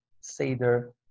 Seder